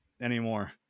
anymore